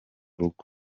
rugo